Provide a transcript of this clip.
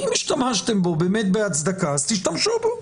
אם השתמשתם בו באמת בהצדקה, אז תשתמשו בו.